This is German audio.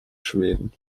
schweden